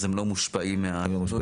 אז הם לא מושפעים --- הם לא מושפעים?